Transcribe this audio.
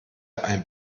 ein